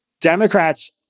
Democrats